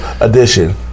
edition